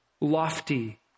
lofty